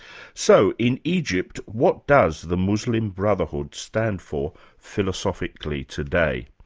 so in egypt, what does the muslim brotherhood stand for, philosophically, today?